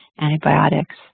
antibiotics